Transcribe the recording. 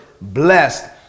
blessed